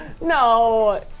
No